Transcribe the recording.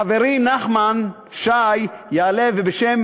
חברי נחמן שי יעלה ובשם